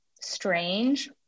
strange